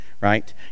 right